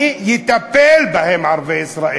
אני אטפל בהם, ערביי ישראל.